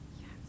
Yes